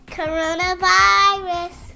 coronavirus